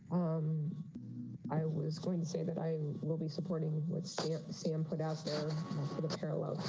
um i was going to say that i will be supporting with si, si and put out the parallel